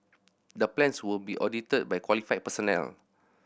the plans will be audited by qualified personnel